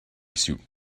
suit